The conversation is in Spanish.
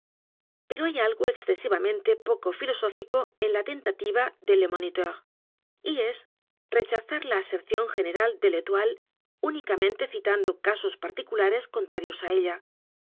pero hay algo excesivamente poco filosófico en la tentativa de le moniteur y es rechazar la aserción general de vétoile únicamente citando casos particulares contrarios á ella